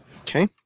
Okay